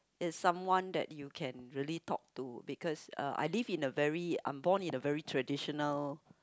is someone that you can really talk to because uh I live in a very I'm born in a very traditional